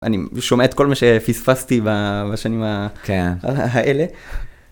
אני שומע את כל מה שפספסתי בשנים האלה.